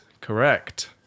Correct